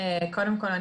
קודם כל,